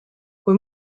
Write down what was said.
kui